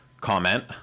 comment